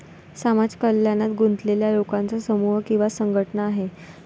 समाज कल्याणात गुंतलेल्या लोकांचा समूह किंवा संघटना आहे